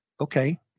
okay